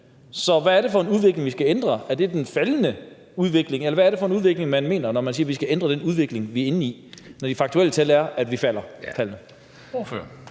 Så hvad er det for en udvikling, vi skal ændre? Er det den faldende udvikling? Eller hvad er det for en udvikling, man mener, når man siger, at vi skal ændre den udvikling, vi er inde i, når de faktuelle tal er faldende?